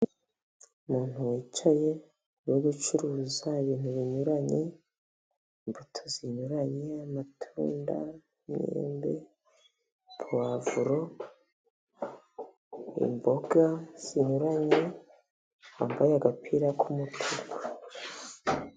Umuntu wicaye uri gucuruza ibintu binyuranye imbuto zinyuranye amatunda, n'imyembe, puwavuro, imboga zinyuranye wambaye agapira k'umutuku.